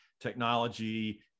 technology